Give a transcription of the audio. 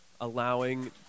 allowing